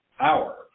hour